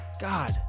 God